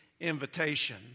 invitation